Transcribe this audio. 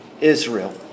Israel